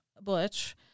Butch